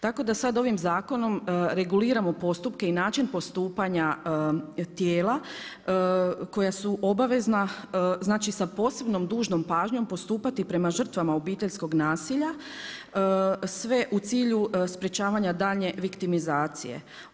Tako da sada ovim zakonom reguliramo postupke i način postupanja tijela koja su obavezna sa posebnom dužnom pažnjom postupati prema žrtvama obiteljskog nasilja sve u cilju sprečavanja daljnje viktimizacije.